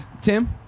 tim